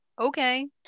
okay